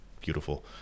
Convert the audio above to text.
beautiful